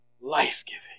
Life-giving